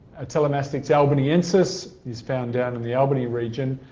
atelomastix albanyensis is found down in the albany region,